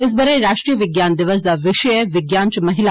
इस ब'रे राश्ट्रीय विज्ञान दिवस दा विशे ऐ विज्ञान च महिला